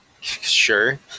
Sure